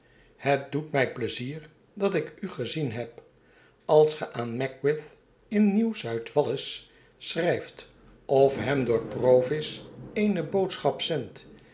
het doet mij pleizier dat ik u gezien heb als ge aan magwitch in n i e u wallis schrijft of hem door provis eene boodschap zendt